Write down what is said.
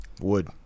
wood